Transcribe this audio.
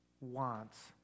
wants